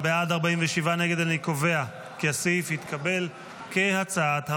אני קובע כי הסעיף, כהצעת הוועדה,